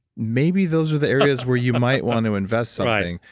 maybe those are the areas where you might want to invest something,